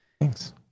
Thanks